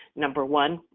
number one,